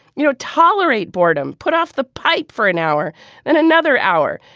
you know tolerate boredom put off the pipe for an hour then another hour.